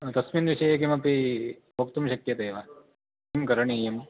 तस्मिन् विषये किमपि वक्तुं शक्यते वा किं करणीयम्